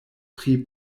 pri